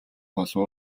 болов